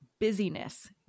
busyness